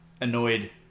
annoyed